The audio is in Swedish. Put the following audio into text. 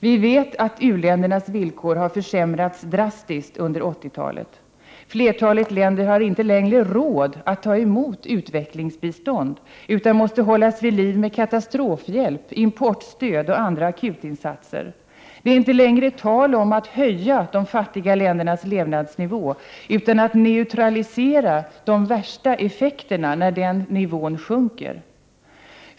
Vi vet att u-ländernas villkor har försämrats drastiskt under 80-talet. Flertalet länder har inte längre råd att ta emot utvecklingsbistånd utan måste hållas vid liv med katastrofhjälp, importstöd och andra akutinsatser. Det är inte längre tal om att höja de fattiga ländernas levnadsnivå utan om att neutralisera de värsta effekterna när den nivån sjunker.